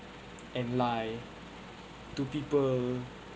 and lie to people